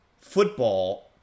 football